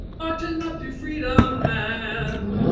marching up to freedom land.